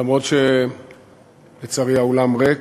למרות שלצערי האולם ריק,